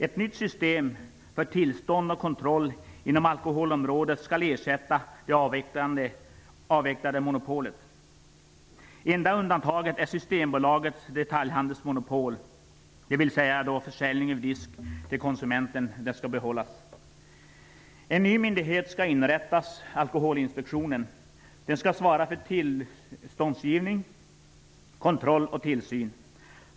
Ett nytt system för tillstånd och kontroll inom alkoholområdet skall ersätta det avvecklade monopolet. Enda undantaget är Systembolagets detaljhandelsmonopol, dvs. försäljning över disk till konsumenten skall behållas. En ny myndighet skall inrättas: Alkoholinspektionen. Den skall svara för tillståndsgivning, kontroll och tillsyn.